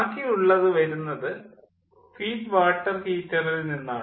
ബാക്കി ഉള്ളതു വരുന്നത് ഫീഡ് വാട്ടർ ഹീറ്ററിൽ നിന്നാണ്